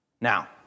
Now